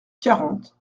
quarante